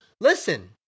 listen